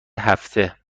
هفته